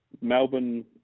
Melbourne